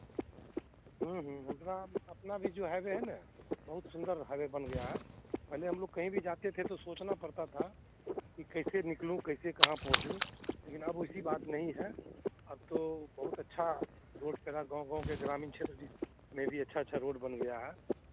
ह्म्म ह्म्म अपना अपना भी जो हाइवे है ना बहुत सुंदर हाइवे बन गया है पहले हम लोग कहीं भी जाते थे तो सोचना पड़ता था कि कैसे निकलूँ कैसे कहाँ पहुँचू लेकिन अब वैसी बात नहीं है अब तो बहुत अच्छा रोड वगैरह गाँव गाँव के ग्रामीण क्षेत्र में भी अच्छा अच्छा रोड बन गया है